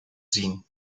zien